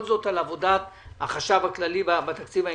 זאת על עבודת החשב הכללי בתקציב ההמשכי.